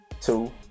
two